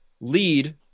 lead